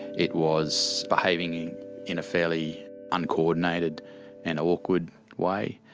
it was behaving in a fairly uncoordinated and awkward way.